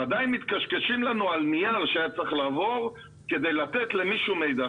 ועדיין מתקשקשים לנו על נייר שהיה צריך לעבור כדי לתת למישהו מידע.